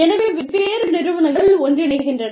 எனவே வெவ்வேறு நிறுவனங்கள் ஒன்றிணைகின்றன